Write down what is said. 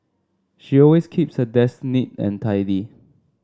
she always keeps her desk neat and tidy